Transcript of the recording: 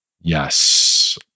Yes